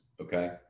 Okay